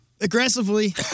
aggressively